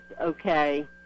okay